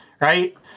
right